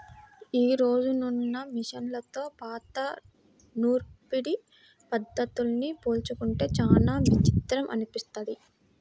యీ రోజునున్న మిషన్లతో పాత నూర్పిడి పద్ధతుల్ని పోల్చుకుంటే చానా విచిత్రం అనిపిస్తది